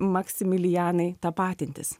maksimilijanai tapatintis